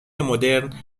مدرن